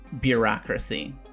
bureaucracy